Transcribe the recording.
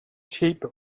cheap